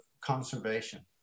conservation